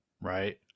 Right